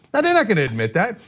but they're not gonna admit that,